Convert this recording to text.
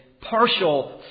partial